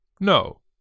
No